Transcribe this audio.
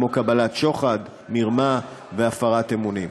כמו קבלת שוחד, מרמה והפרת אמונים.